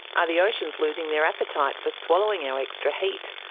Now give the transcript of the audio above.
are the oceans losing their appetite for swallowing our extra heat?